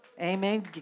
Amen